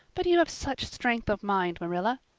but you have such strength of mind, marilla.